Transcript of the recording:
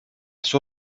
sua